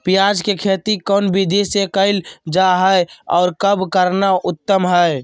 प्याज के खेती कौन विधि से कैल जा है, और कब करना उत्तम है?